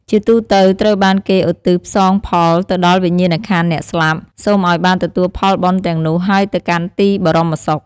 ជាទូទៅ ត្រូវបានគេឧទ្ទិសផ្សងផលទៅដល់វិញ្ញាណក្ខន្ធអ្នកស្លាប់ សូមឲ្យបានទទួលផលបុណ្យទាំងនោះ ហើយទៅកាន់ទីបរមសុខ។